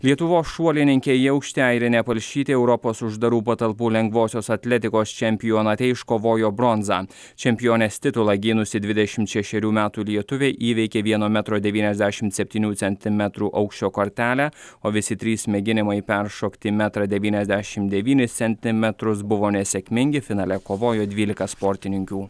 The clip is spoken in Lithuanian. lietuvos šuolininkė į aukštį airinė palšytė europos uždarų patalpų lengvosios atletikos čempionate iškovojo bronzą čempionės titulą gynusi dvidešimt šešerių metų lietuvė įveikė vieno metro devyniasdešimt septynių centimetrų aukščio kartelę o visi trys mėginimai peršokti metrą devyniasdešimt devynis centimetrus buvo nesėkmingi finale kovojo dvylika sportininkių